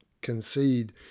concede